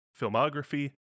filmography